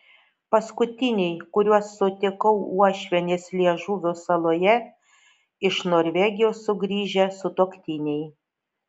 paskutiniai kuriuos sutikau uošvienės liežuvio saloje iš norvegijos sugrįžę sutuoktiniai